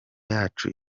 yacu